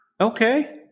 Okay